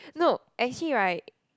no actually right